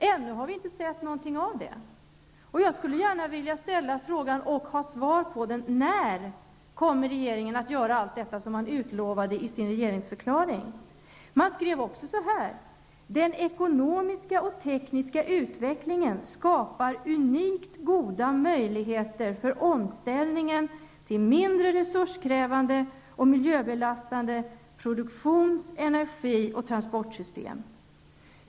Vi har inte sett något av detta. Jag skulle gärna vilja ha svar på frågan om när regeringen kommer att göra allt detta som utlovades i regeringsförklaringen. Man skrev också: ''Den ekonomiska och tekniska utvecklingen skapar unikt goda möjligheter för omställningen till mindre resurskrävande och miljöbelastande produktions-, energi och transportsystem.''